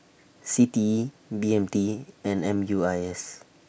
C T E B M T and M U I S